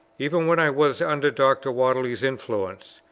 even when i was under dr. whately's influence,